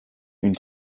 une